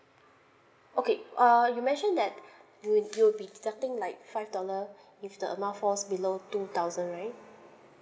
okay err you mentioned that we you'll be deducting like five dollar if the amount falls below two thousand right